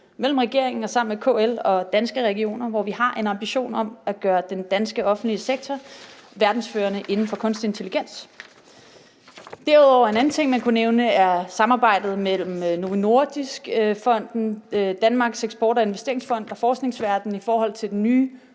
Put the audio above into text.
af regeringen sammen med KL og Danske Regioner, hvor vi har en ambition om at gøre den danske offentlige sektor verdensførende inden for kunstig intelligens. Et andet eksempel, man derudover kunne nævne, er samarbejdet mellem Novo Nordisk Fonden, Danmarks Eksport- og Investeringsfond og forskningsverdenen i forhold til den nye